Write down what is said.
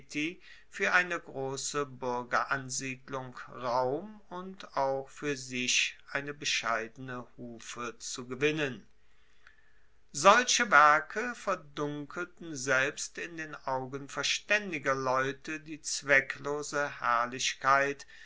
fuer eine grosse buergeransiedlung raum und auch fuer sich eine bescheidene hufe zu gewinnen solche werke verdunkelten selbst in den augen verstaendiger leute die zwecklose herrlichkeit